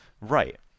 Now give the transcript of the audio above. Right